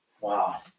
Wow